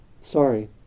Sorry